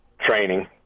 training